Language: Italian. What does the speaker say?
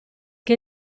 che